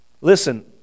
Listen